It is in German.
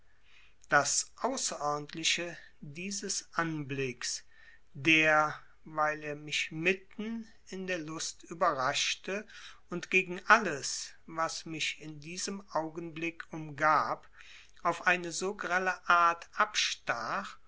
das außerordentliche dieses anblicks der weil er mich mitten in der lust überraschte und gegen alles was mich in diesem augenblick umgab auf eine so grelle art abstach